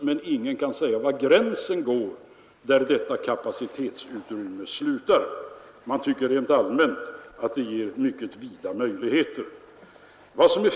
Men ingen kan säga var detta kapacitetsutrymme slutar. Man tycker rent allmänt att det ger mycket vida möjligheter.